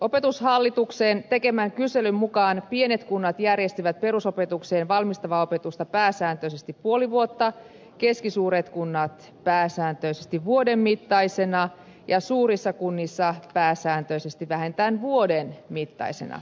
opetushallituksen tekemän kyselyn mukaan pienet kunnat järjestivät perusopetukseen valmistavaa opetusta pääsääntöisesti puoli vuotta keskisuurissa kunnissa opetusta järjestettiin pääsääntöisesti vuoden mittaisena ja suurissa kunnissa pääsääntöisesti vähintään vuoden mittaisena